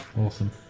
Awesome